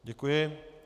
Děkuji.